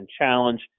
challenge